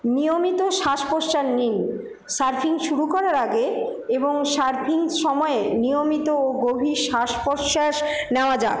নিয়মিত শ্বাসপ্রশ্বাস নিন সার্ফিং শুরু করার আগে এবং সার্ফিং সময়ে নিয়মিত ও গভীর শ্বাসপ্রশ্বাস নেওয়া যাক